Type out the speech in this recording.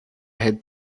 had